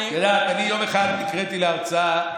יום אחד אני נקראתי להרצאה,